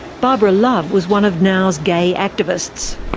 barbara love was one of now's gay activists.